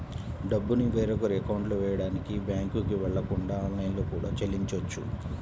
డబ్బుని వేరొకరి అకౌంట్లో వెయ్యడానికి బ్యేంకుకి వెళ్ళకుండా ఆన్లైన్లో కూడా చెల్లించొచ్చు